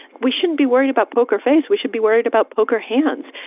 we shouldn't be worried about poker face. we should be worried about poker hands.